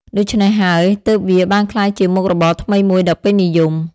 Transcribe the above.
ដូច្នេះហើយ ទើបវាបានក្លាយជាមុខរបរថ្មីមួយដ៏ពេញនិយម។